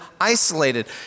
isolated